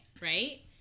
right